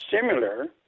similar